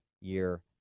year